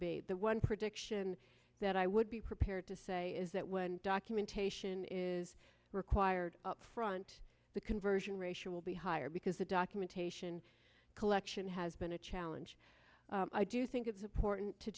be the one prediction that i would be prepared to say is that when documentation is required upfront the conversion ratio will be higher because the documentation collection has been a challenge i do think it's important to